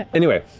anyway,